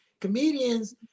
Comedians